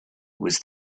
was